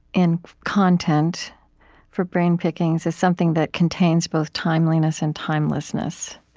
in content for brain pickings is something that contains both timeliness and timelessness